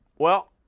well,